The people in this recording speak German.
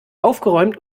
aufgeräumt